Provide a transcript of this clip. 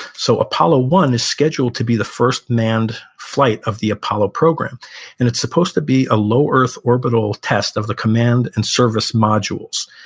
so apollo one is scheduled to be the first manned flight of the apollo program and it's supposed to be a low earth orbital test of the command and service modules.